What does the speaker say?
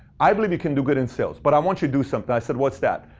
i believe you can do good in sales. but i want you to do something. i said, what's that?